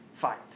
fight